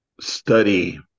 study